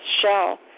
shell